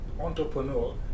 entrepreneur